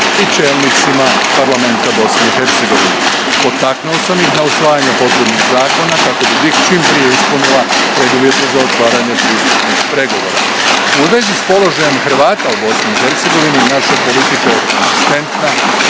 i čelnicima Parlamenta BiH. Potaknuo sam ih na usvajanja potrebnih zakona kako bi BiH čim prije ispunila preduvjete za otvaranje pristupnih pregovora. U vezi s položajem Hrvata u BiH naša politika je konzistentna